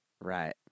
Right